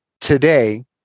today